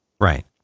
Right